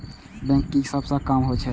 Bank के की सब काम होवे छे?